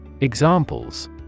Examples